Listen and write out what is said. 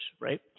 right